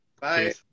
Bye